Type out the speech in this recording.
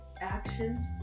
actions